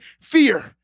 Fear